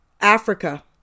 Africa